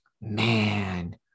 Man